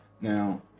Now